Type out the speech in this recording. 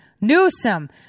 Newsom